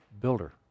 builder